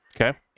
Okay